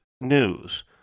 news